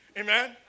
amen